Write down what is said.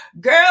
Girl